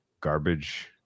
garbage